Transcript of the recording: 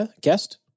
guest